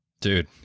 Dude